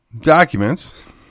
documents